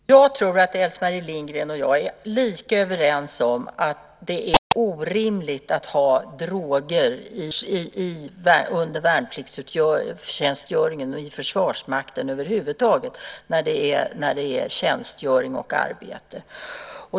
Fru talman! Jag tror att Else-Marie Lindgren och jag är helt överens om att det är orimligt att ha droger under värnpliktstjänstgöring och i Försvarsmakten över huvud taget under tjänstgöring och arbete.